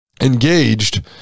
engaged